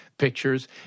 pictures